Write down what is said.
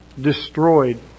destroyed